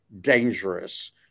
dangerous